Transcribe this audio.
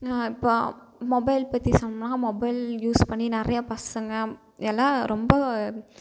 இப்போ மொபைல் பற்றி சொன்னால் மொபைல் யூஸ் பண்ணி நிறையா பசங்கள் எல்லாம் ரொம்ப